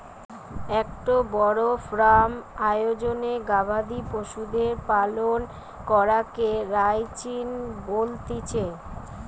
একটো বড় ফার্ম আয়োজনে গবাদি পশুদের পালন করাকে রানচিং বলতিছে